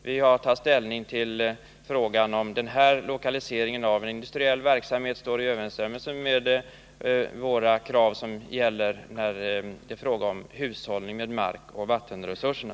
Vi har vid prövning enligt 136 a § att ta ställning till om lokaliseringen av en industriell verksamhet står i överensstämmelse med de krav som gäller i fråga om hushållning med markoch vattenresurserna.